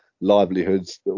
livelihoods